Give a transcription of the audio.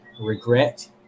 regret